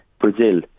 Brazil